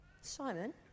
Simon